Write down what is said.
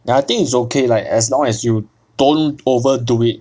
ya I think it's okay like as long as you don't over do it